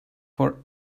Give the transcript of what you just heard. for